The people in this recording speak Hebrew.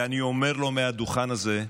ואני אומר לו מהדוכן הזה: